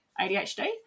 ADHD